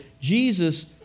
Jesus